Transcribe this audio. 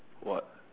what